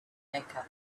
mecca